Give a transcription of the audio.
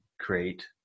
create